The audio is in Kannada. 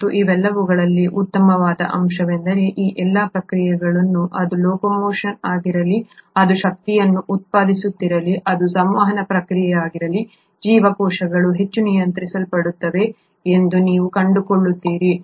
ಮತ್ತು ಇವೆಲ್ಲವುಗಳಲ್ಲಿ ಉತ್ತಮವಾದ ಅಂಶವೆಂದರೆ ಈ ಎಲ್ಲಾ ಪ್ರಕ್ರಿಯೆಗಳು ಅದು ಲೊಕೊಮೊಷನ್ ಆಗಿರಲಿ ಅದು ಶಕ್ತಿಯನ್ನು ಉತ್ಪಾದಿಸುತ್ತಿರಲಿ ಅದು ಸಂವಹನ ಪ್ರಕ್ರಿಯೆಯಾಗಿರಲಿ ಜೀವಕೋಶಗಳು ಹೆಚ್ಚು ನಿಯಂತ್ರಿಸಲ್ಪಡುತ್ತವೆ ಎಂದು ನೀವು ಕಂಡುಕೊಳ್ಳುತ್ತೀರಿ